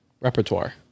repertoire